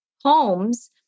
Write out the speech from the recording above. homes